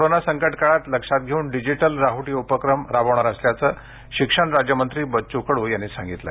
corona संकटकाळात लक्षात घेऊन डिजीटल राहुटी उपक्रम राबविणार असल्याचे शिक्षण राज्यमंत्री बच्चू कडू यांनी काल सांगितलं